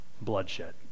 bloodshed